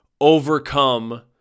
overcome